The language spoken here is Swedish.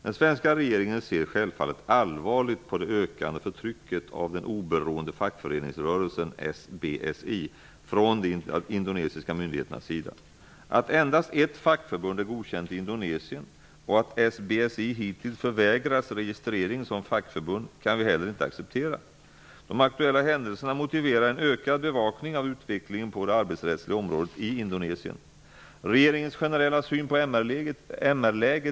Den svenska regeringen ser självfallet allvarligt på det ökande förtrycket av den oberoende fackföreningsrörelsen SBSI från de indonesiska myndigheternas sida. Att endast ett fackförbund är godkänt i Indonesien och att SBSI hittills förvägrats registrering som fackförbund kan vi heller inte acceptera. De aktuella händelserna motiverar en ökad bevakning av utvecklingen på det arbetsrättsliga området i Indonesien.